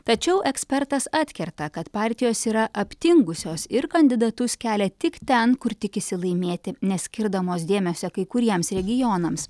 tačiau ekspertas atkerta kad partijos yra aptingusios ir kandidatus kelia tik ten kur tikisi laimėti neskirdamos dėmesio kai kuriems regionams